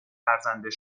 فرزند